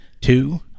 two